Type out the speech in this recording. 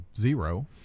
zero